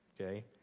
Okay